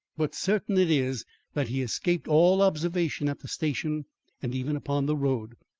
but certain it is that he escaped all observation at the station and even upon the road.